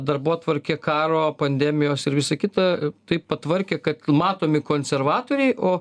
darbotvarkė karo pandemijos ir visa kita taip patvarkė kad matomi konservatoriai o